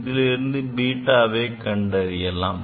இதிலிருந்து β வை கண்டறியலாம்